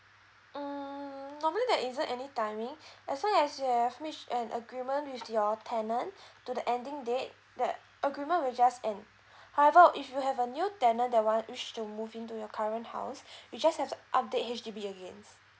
mm normally there isn't any timing as long as you have reached an agreement with your tenant to the ending date the agreement will just end however if you have a new tenant that want wish to move into your current house you just have to update H_D_B again